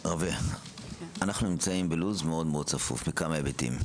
אנחנו נמצאים בלו"ז מאוד צפוף בכמה היבטים.